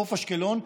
חוף אשקלון,